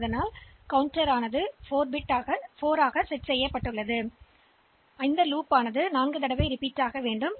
எனவே இது 4 முறை சுழற்றப்படும் மேலும் சி ஐ குறைக்கிறோம்